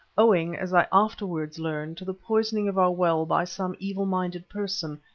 owing, as i afterwards learned, to the poisoning of our well by some evil-minded person,